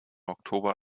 oktober